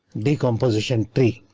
decomposition three,